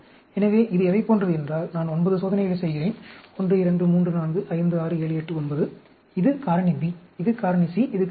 எனவே இது எதைப் போன்றது என்றால் நான் 9 சோதனைகளை செய்கிறேன் 1 2 3 4 5 6 7 8 9 இது காரணி B இது காரணி C இது காரணி A